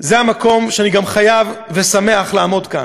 זה המקום שאני גם חייב ושמח לעמוד כאן,